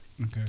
Okay